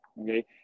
okay